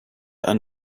are